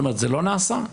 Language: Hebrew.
זה לא נעשה?